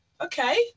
Okay